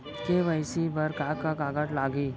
KYC बर का का कागज लागही?